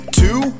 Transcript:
two